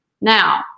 Now